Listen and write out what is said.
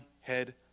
head